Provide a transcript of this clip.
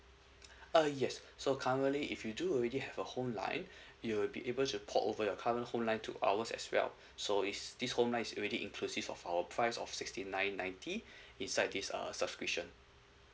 uh yes so currently if you do already have a home line you will be able to port over your current home line to ours as well so is this home line is already inclusive of our price of sixty nine ninety inside this err subscription